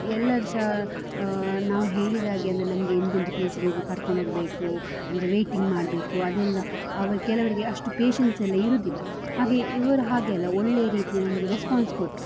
ಎಲ್ಲರು ಸಹ ನಾವು ಹೇಳಿದಾಗೆ ಅಂದರೆ ನಮಗೆ ಇಂತಿಂಥ ಪ್ಲೇಸಿಗೆ ಹೋಗಿ ಕರ್ಕೊಂಡು ಹೋಗಬೇಕು ಅಂದರೆ ವೈಟಿಂಗ್ ಮಾಡಬೇಕು ಅದೆಲ್ಲ ಅವ ಕೆಲವರಿಗೆ ಅಷ್ಟು ಪೇಷನ್ಸ್ ಎಲ್ಲ ಇರುವುದಿಲ್ಲ ಹಾಗೆ ಇವರು ಹಾಗೆ ಅಲ್ಲ ಒಳ್ಳೆಯ ರೀತಿ ನಮಗೆ ರೆಸ್ಪಾನ್ಸ್ ಕೊಟ್ಟರು